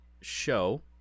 show